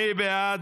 מי בעד?